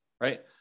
right